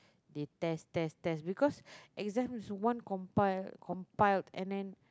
they test test test because exams one compile compiled and then